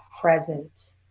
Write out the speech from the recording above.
present